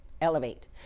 elevate